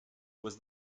was